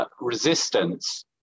resistance